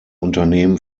unternehmen